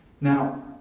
Now